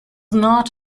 not